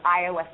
iOS